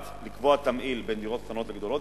אחד, לקבוע תמהיל בין דירות קטנות לגדולות.